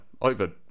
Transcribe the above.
over